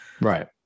Right